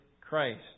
Christ